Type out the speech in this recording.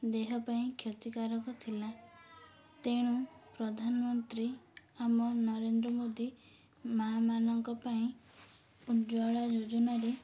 ଦେହ ପାଇଁ କ୍ଷତିକାରକ ଥିଲା ତେଣୁ ପ୍ରଧାନମନ୍ତ୍ରୀ ଆମ ନରେନ୍ଦ୍ର ମୋଦି ମାଆ ମାନଙ୍କ ପାଇଁ ଉଜ୍ୱଳା ଯୋଜନାରେ